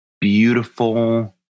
beautiful